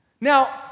Now